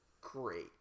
great